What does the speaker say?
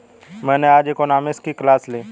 मैंने आज इकोनॉमिक्स की क्लास ली